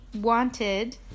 wanted